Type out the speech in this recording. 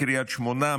הם קריית שמונה,